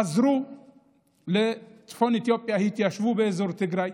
הם חזרו לצפון אתיופיה והתיישבו באזור תיגראי,